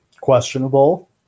Questionable